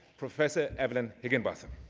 professor evelyn higginbotham.